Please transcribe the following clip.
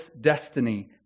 destiny